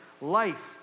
life